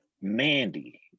Mandy